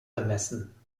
bemessen